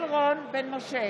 יעל רון בן משה,